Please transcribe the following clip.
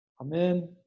Amen